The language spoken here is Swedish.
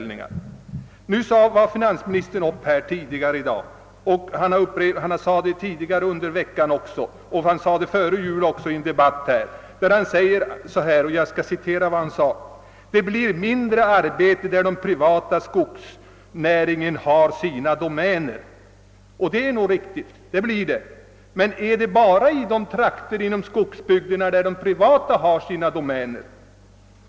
Liksom tidigare under veckan sade finansministern i dag att det blir mindre arbete där den privata skogsnäringen har sina domäner. Det är nog riktigt att arbetet blivit mindre, men gäller detta bara inom de trakter där de privata skogsägarna har sina domäner?